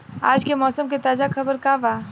आज के मौसम के ताजा खबर का बा?